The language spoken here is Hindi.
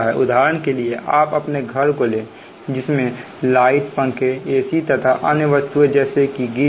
उदाहरण के लिए आप अपने घर को लें जिसमें लाइट पंखे एसी तथा अन्य वस्तुएं जैसे की गीजर